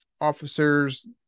officers